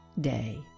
day